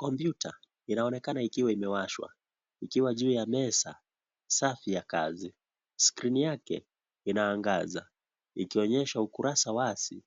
Kompyuta inaonekana ikiwa imewashwa imewekwa juu ya meza safi ya kazi Skrini yake inaangaza ikionyesha ukurasa wazi